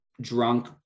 drunk